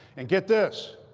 and get this.